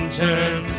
turn